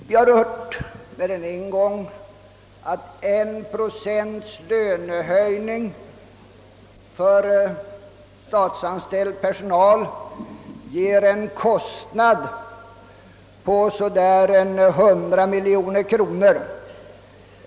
Vi har mer än en gång hört att 1 procent lönehöjning för statsanställd personal ger en kostnad på cirka 100 miljoner kronor.